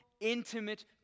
intimate